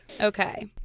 okay